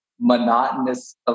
monotonous